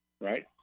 Right